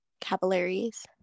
capillaries